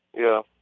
yeah